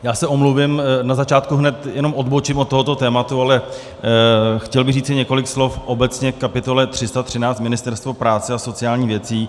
Já se omluvím, na začátku hned jenom odbočím od tohoto tématu, ale chtěl bych říci několik slov obecně ke kapitole 313 Ministerstvo práce a sociálních věcí.